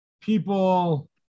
people